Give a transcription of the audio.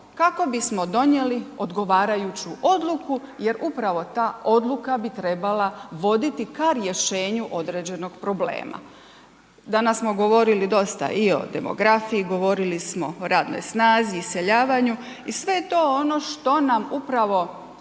kako bismo donijeli odgovarajuću odluku jer upravo ta odluka bi trebala voditi ka rješenju određenog problema. Danas smo govorili dosta i o demografiji, govorili smo o radnoj snazi, iseljavanju i sve je to ono što nam upravo